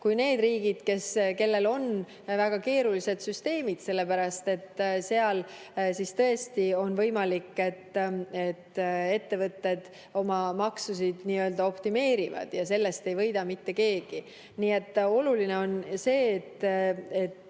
kui need riigid, kellel on väga keerulised süsteemid, sest seal tõesti on võimalik, et ettevõtted oma maksusid optimeerivad ja sellest ei võida mitte keegi. Nii et oluline on see, et